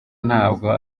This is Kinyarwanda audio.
ntabwo